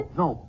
no